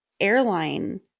airline